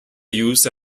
used